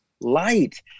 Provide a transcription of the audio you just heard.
light